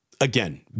again